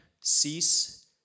cease